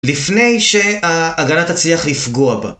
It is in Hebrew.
לפני שההגנה תצליח לפגוע בה.